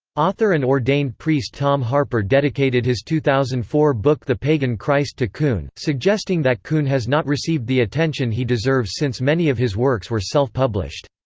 author and ordained priest tom harpur dedicated his two thousand and four book the pagan christ to kuhn, suggesting that kuhn has not received the attention he deserves since many of his works were self-published.